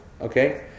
Okay